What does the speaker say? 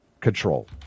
control